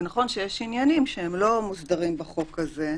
זה נכון שיש עניינים שהם לא מוסדרים בחוק הזה,